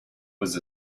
was